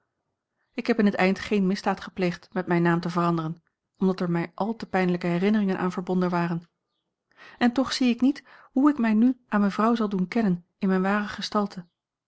ik heb in het eind geen misdaad gepleegd met mijn naam te veranderen omdat er mij al te pijnlijke herinneringen aan verbonden waren en toch zie ik niet hoe ik mij nu aan mevrouw zal doen kennen in mijne ware gestalte